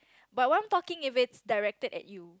but what I'm talking if it's directed at you